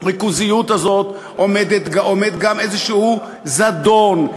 הריכוזיות הזאת עומד גם איזשהו זדון,